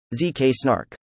ZK-SNARK